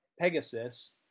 Pegasus